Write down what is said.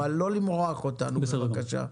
אבל לא למרוח אותנו בבקשה.